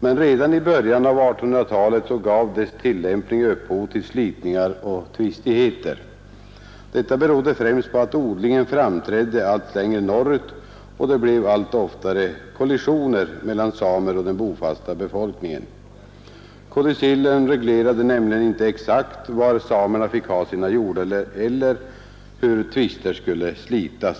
men redan i början av 1800-talet gav dess tillämpning upphov till slitningar och tvistigheter. Detta berodde främst på att odlingen framträngde allt längre norrut och det allt oftare blev kollisioner mellan samer och den bofasta befolkningen. Kodicillen reglerade nämligen inte exakt var samerna fick ha sina hjordar eller hur tvister skulle slitas.